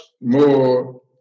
more